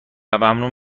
ممنون